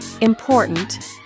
important